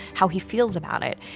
how he feels about it,